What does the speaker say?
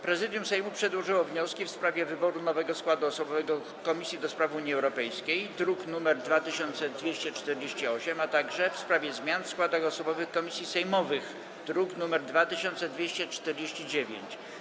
Prezydium Sejmu przedłożyło wnioski: - w sprawie wyboru nowego składu osobowego Komisji do Spraw Unii Europejskiej, druk nr 2248, - w sprawie zmian w składach osobowych komisji sejmowych, druk nr 2249.